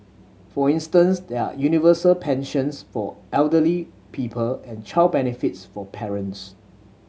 for instance there are universal pensions for elderly people and child benefits for parents